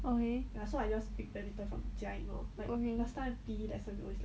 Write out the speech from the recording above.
okay okay